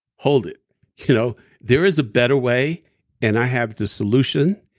hold it you know there is a better way and i have the solution,